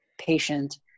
patient